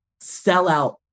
sellout